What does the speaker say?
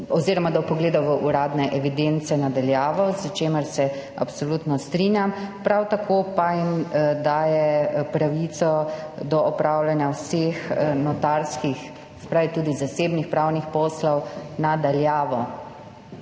pravico do vpogleda v uradne evidence na daljavo, s čimer se absolutno strinjam, prav tako pa jim daje pravico do opravljanja vseh notarskih, se pravi tudi zasebnih pravnih poslov na daljavo.